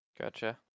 Gotcha